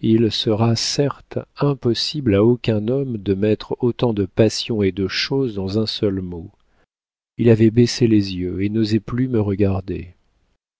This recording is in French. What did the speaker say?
il sera certes impossible à aucun homme de mettre autant de passion et de choses dans un seul mot il avait baissé les yeux et n'osait plus me regarder